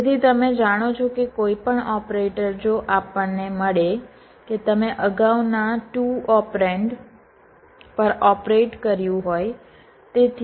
તેથી તમે જાણો છો કે કોઈપણ ઓપરેટર જો આપણને મળે કે તમે અગાઉના 2 ઓપરેન્ડ પર ઓપરેટ કર્યું હોય